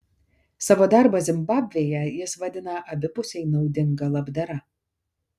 savo darbą zimbabvėje jis vadina abipusiai naudinga labdara